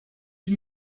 die